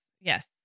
Yes